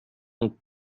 ont